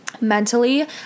mentally